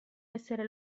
essere